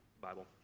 Bible